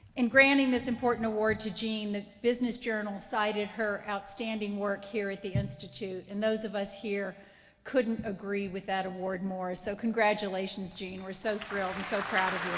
in granting this important award to jean, the business journal cited her outstanding work here at the institute, and those of us here couldn't agree with that award more, so congratulations, jean. we're so thrilled and so proud of you.